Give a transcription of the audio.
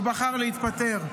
הוא בחר להתפטר.